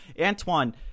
Antoine